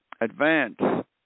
advance